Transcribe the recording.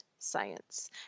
science